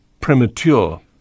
premature